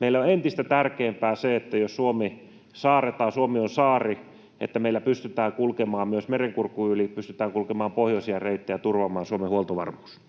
meille on entistä tärkeämpää se, että jos Suomi saarretaan — Suomi on saari — meillä pystytään kulkemaan myös Merenkurkun yli, pystytään kulkemaan pohjoisia reittejä ja turvaamaan Suomen huoltovarmuus.